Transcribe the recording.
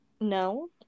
no